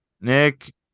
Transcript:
Nick